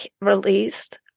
released